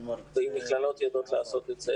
אם מכללות יודעות לעשות את זה,